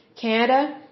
Canada